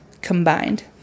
combined